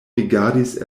rigardis